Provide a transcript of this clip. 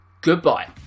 goodbye